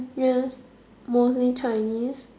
yes mostly Chinese